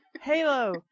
Halo